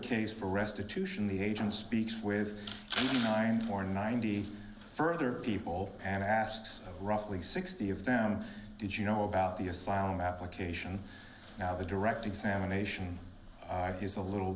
case for restitution the agent speaks with more ninety further people and asks roughly sixty of them did you know about the asylum application now the direct examination is a little